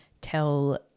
tell